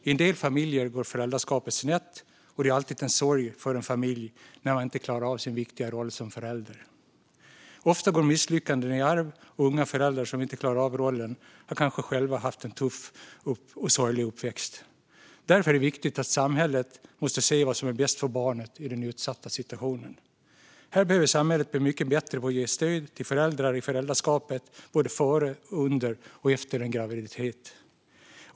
I en del familjer går föräldraskapet snett, och det är alltid en sorg för en familj när man inte klarat sin viktiga roll som förälder. Ofta går misslyckande i arv, och unga föräldrar som inte klarar av rollen har kanske själva haft en tuff och sorglig uppväxt. Därför är det viktigt att samhället ser vad som är bäst för barnet i den utsatta situationen. Här behöver samhället bli mycket bättre på att ge stöd till föräldrar i föräldraskapet både före, under och efter en graviditet.